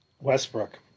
Westbrook